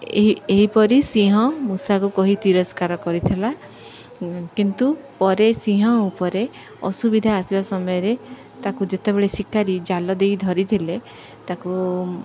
ଏହି ଏହିପରି ସିଂହ ମୂଷାକୁ କହି ତିରସ୍କାର କରିଥିଲା କିନ୍ତୁ ପରେ ସିଂହ ଉପରେ ଅସୁବିଧା ଆସିବା ସମୟରେ ତାକୁ ଯେତେବେଳେ ଶିକାରି ଜାଲ ଦେଇ ଧରିଥିଲେ ତାକୁ